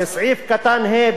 בסעיף קטן (ג)(1),